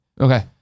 Okay